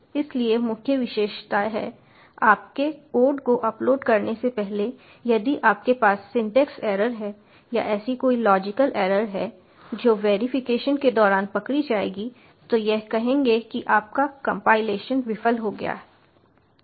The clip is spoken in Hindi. इसलिए मुख्य विशेषता है आपके कोड को अपलोड करने से पहले यदि आपके पास सिंटेक्स एरर हैं या ऐसी कोई लॉजिकल एरर हैं जो वेरिफिकेशन के दौरान पकड़ी जाएंगी तो यह कहेंगे कि आपका कंपाइलेशन विफल हो गया है